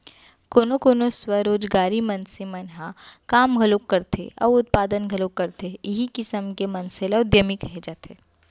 कोनो कोनो स्वरोजगारी मनसे मन ह काम घलोक करथे अउ उत्पादन घलोक करथे इहीं किसम के मनसे ल उद्यमी कहे जाथे